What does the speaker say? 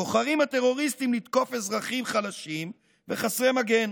בוחרים הטרוריסטים לתקוף אזרחים חלשים וחסרי מגן: